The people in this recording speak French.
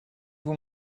vous